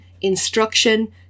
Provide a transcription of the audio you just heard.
instruction